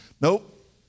nope